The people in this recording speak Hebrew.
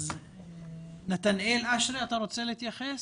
נתנאל אשרי רוצה להתייחס?